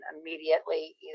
immediately